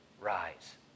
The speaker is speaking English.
rise